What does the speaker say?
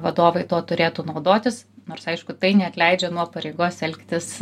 vadovai tuo turėtų naudotis nors aišku tai neatleidžia nuo pareigos elgtis